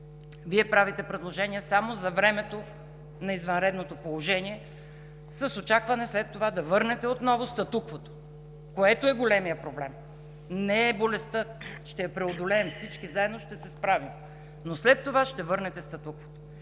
Вие правите предложения само за времето на извънредното положение с очакване след това да върнете отново статуквото, което е големият проблем. Не е болестта, ще я преодолеем, всички заедно ще се справим, но след това ще върнете статуквото.